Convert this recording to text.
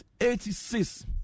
Eighty-six